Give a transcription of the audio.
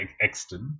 extent